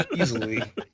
Easily